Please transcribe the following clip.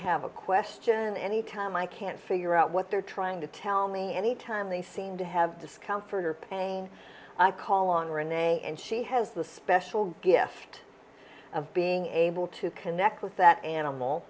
have a question any time i can't figure out what they're trying to tell me any time they seem to have discomfort or pain i call on rene and she has the special gift of being able to connect with that animal